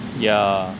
yeah